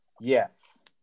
yes